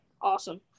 awesome